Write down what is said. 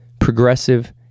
progressive